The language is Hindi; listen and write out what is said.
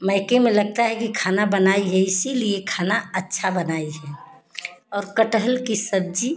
मायके में लगता है कि खाना बनाई है इसलिए खाना अच्छा बनाई है और कटहल की सब्जी